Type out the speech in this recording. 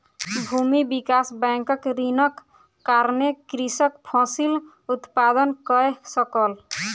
भूमि विकास बैंकक ऋणक कारणेँ कृषक फसिल उत्पादन कय सकल